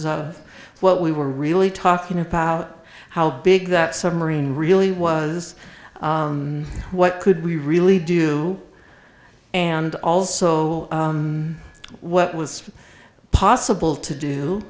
of what we were really talking about how big that submarine really was what could we really do and also what was possible to do